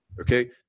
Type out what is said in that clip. Okay